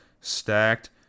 stacked